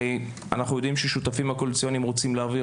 הרי אנחנו יודעים שהשותפים הקואליציוניים רוצים להעביר